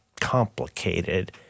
complicated